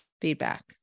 feedback